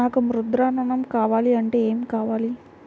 నాకు ముద్ర ఋణం కావాలంటే ఏమి కావాలి?